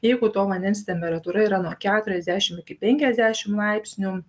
jeigu to vandens temperatūra yra nuo keturiasdešimt iki penkiasdešimt laipsnių